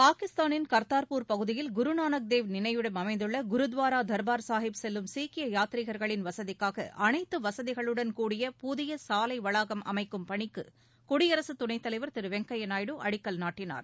பாகிஸ்தானின் கா்தா்பூர் பகுதியில் குருநானக் தேவ் நினைவிடம் அமைந்துள்ள குருத்வாரா தா்பாா் சாஹிப் செல்லும் சீக்கிய யாத்திரிகள்களின் வசதிக்காக அனைத்து வசதிகளுடன் கூடிய புதிய சாலை வளாகம் அமைக்கும் பணிக்கு குடியரசுத் துணைத்தலைவர் திரு வெங்கையா நாயுடு அடிக்கல் நாட்டினார்